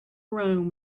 rome